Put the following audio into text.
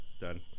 Done